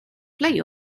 play